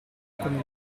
come